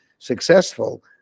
successful